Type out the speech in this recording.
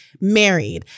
married